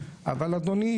אבל אדוני,